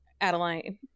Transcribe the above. Adeline